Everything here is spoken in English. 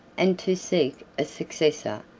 and to seek a successor,